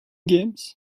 games